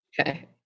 Okay